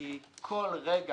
כי כל רגע